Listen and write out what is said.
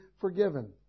forgiven